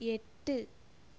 எட்டு